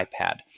iPad